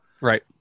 right